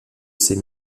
ses